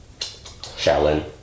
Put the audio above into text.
shaolin